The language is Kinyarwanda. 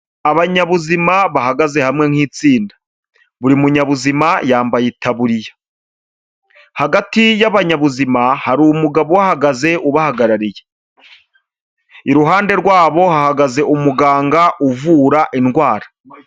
Abanyabuzima bahagaze hamwe nk'itsinda, buri munyabuzima yambaye itaburiya, hagati y'abanyabuzima hari umugabo uhahagaze ubahagarariye, iruhande rwabo hahagaze umuganga uvura indwara.